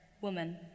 Woman